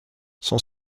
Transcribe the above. son